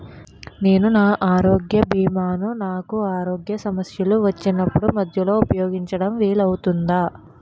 నేను నా ఆరోగ్య భీమా ను నాకు ఆరోగ్య సమస్య వచ్చినప్పుడు మధ్యలో ఉపయోగించడం వీలు అవుతుందా?